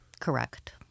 Correct